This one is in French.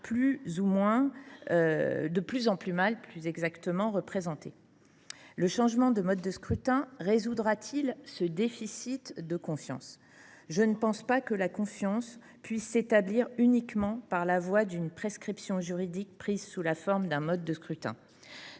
ils se sentent de plus en plus mal représentés ». Le changement de mode de scrutin résoudra t il ce déficit de confiance ? Je ne pense pas que la confiance puisse s’établir uniquement par la voie d’une prescription juridique prise sous la forme d’un mode de scrutin.